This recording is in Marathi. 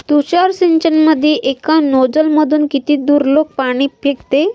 तुषार सिंचनमंदी एका नोजल मधून किती दुरलोक पाणी फेकते?